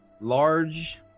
large